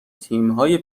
تیمهای